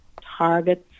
targets